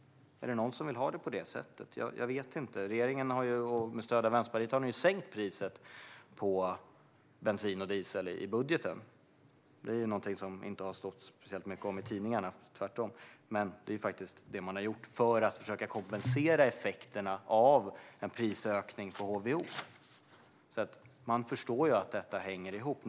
Är det någon som vill ha det på det sättet? Jag vet inte. Regeringen har ju med stöd av Vänsterpartiet sänkt priset på bensin och diesel i budgeten. Det är någonting som det inte har stått speciellt mycket om i tidningarna, tvärtom, men det är faktiskt det man har gjort för att försöka kompensera effekterna av en prisökning på HVO. Man förstår att detta hänger ihop.